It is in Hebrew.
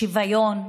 השוויון,